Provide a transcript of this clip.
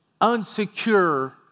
unsecure